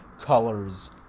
colors